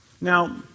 Now